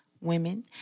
Women